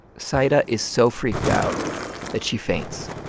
zaida is so freaked out that she faints